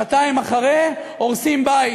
שנתיים אחרי הורסים בית,